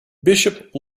bishop